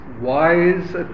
wise